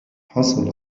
حصل